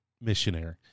missionary